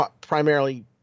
primarily